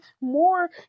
more